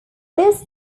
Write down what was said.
this